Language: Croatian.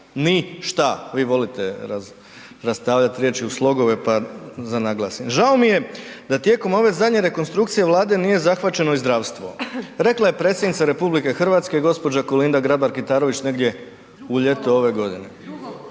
ni-šta.“. Vi volite rastavljati riječi u slogove, pa da naglasim. „Žao mi je da tijekom ove zadnje rekonstrukcije Vlade nije zahvaćeno i zdravstvo“, rekla je predsjednica RH, gđa. Kolinda Grabar Kitarović negdje u ljeto ove godine.